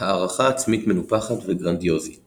הערכה עצמית מנופחת וגרנדיוזית